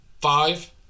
five